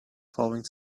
falling